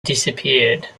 disappeared